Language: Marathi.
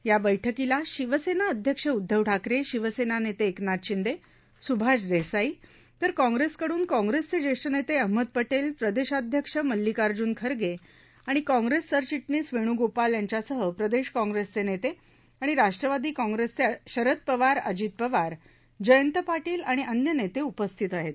या बैठकीला शिवसेना अध्यक्ष उद्दव ठाकरे शिवसेना नेते एकनाथ शिंदे सुभाष देसाई तर काँप्रेसकडून काँप्रेसचे ज्येष्ठ नेते अहमद पटेल प्रदेशाध्यक्ष मल्लिकार्जुन खगें आणि काँप्रेस सरचिटणसि वेण्गोपाल यांच्यासह प्रदेश काँप्रेसचे नेते आणि राष्ट्रवाद किँप्रेसचे शरद पवार अजित पवार जयंत पाटलि आणि अन्य नेते उपस्थित होते